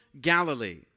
Galilee